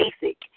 basic